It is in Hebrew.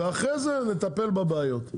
ואחרי זה נטפל בבעיות.